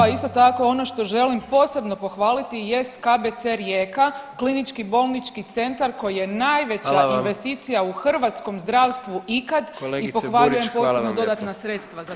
A isto tako ono što želim posebno pohvaliti jest KBC Rijeka, klinički bolnički centar koji je najveća investicija u [[Upadica: Hvala vam.]] hrvatskom zdravstvu ikad i pohvaljujem posebno [[Upadica: Kolegice Burić hvala vam lijepa.]] dodatna sredstva za to.